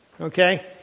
okay